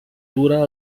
dura